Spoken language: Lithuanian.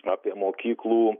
apie mokyklų